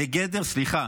סליחה,